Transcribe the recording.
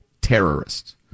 terrorists